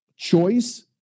Choice